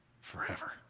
forever